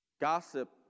gossip